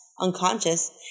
unconscious